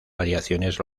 variaciones